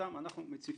שאותם אנחנו מציפים.